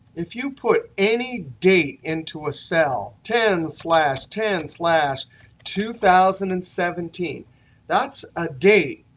if you put any date into a cell ten slash ten slash two thousand and seventeen that's a date.